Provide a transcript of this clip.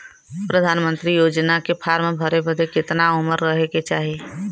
प्रधानमंत्री योजना के फॉर्म भरे बदे कितना उमर रहे के चाही?